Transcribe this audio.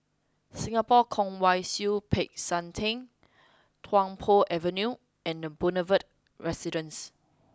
Singapore Kwong Wai Siew Peck San Theng Tung Po Avenue and The Boulevard Residence